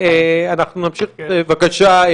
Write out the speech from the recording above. נמשיך, בבקשה,